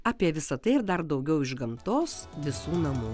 apie visa tai ir dar daugiau iš gamtos visų namų